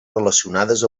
relacionades